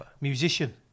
Musician